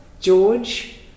George